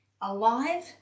alive